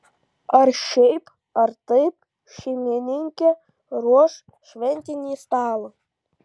ar šiaip ar taip šeimininkė ruoš šventinį stalą